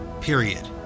period